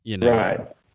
Right